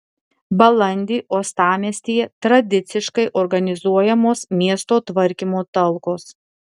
balandį uostamiestyje tradiciškai organizuojamos miesto tvarkymo talkos